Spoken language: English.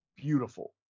beautiful